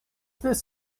this